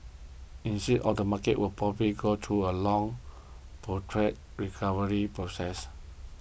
instead all the market will probably go through a long protracted recovery process